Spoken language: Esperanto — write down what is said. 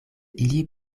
ili